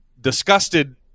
disgusted